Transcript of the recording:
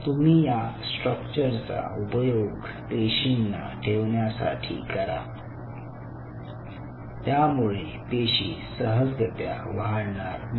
तुम्ही या स्ट्रक्चर चा उपयोग पेशींना ठेवण्यासाठी करा त्यामुळे पेशी सहजगत्या वाढणार नाही